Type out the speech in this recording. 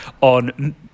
on